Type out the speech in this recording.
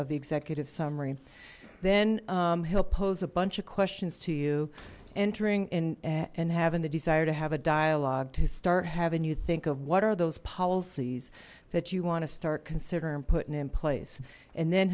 of the executive summary then he'll pose a bunch of questions to you entering in and having the desire to have a dialogue to start having you think of what are those policies that you want to start considering putting in place and then